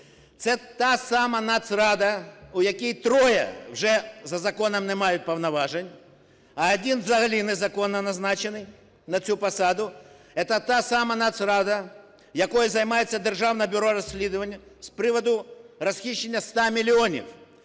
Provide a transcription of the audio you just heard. Це та сама Нацрада, в якій троє вже за законом не мають повноважень, а один взагалі незаконно назначений на цю посаду. Це та сама Нацрада, якою займається Державне бюро розслідування з приводу розхищення 100 мільйонів,